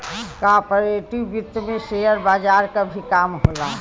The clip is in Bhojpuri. कॉर्पोरेट वित्त में शेयर बजार क भी काम होला